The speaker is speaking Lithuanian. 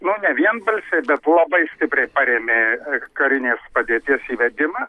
nu ne vienbalsiai bet labai stipriai parėmė karinės padėties įvedimą